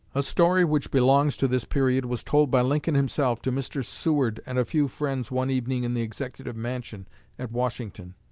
a story which belongs to this period was told by lincoln himself to mr. seward and a few friends one evening in the executive mansion at washington.